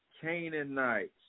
Canaanites